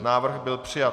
Návrh byl přijat.